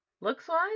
looks-wise